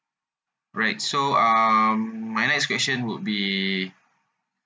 right so um my next question would be